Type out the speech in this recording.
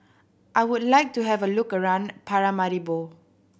I would like to have a look around Paramaribo